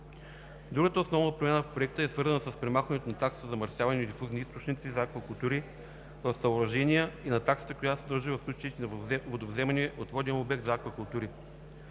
Другата основна промяна в Проекта е свързана с премахването на таксата за замърсяване от дифузни източници за аквакултури в съоръжения и на таксата, която се дължи в случаите на водовземане от воден обект за аквакултури.